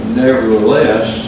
nevertheless